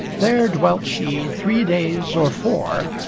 there dwelt she three days or four.